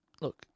look